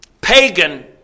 pagan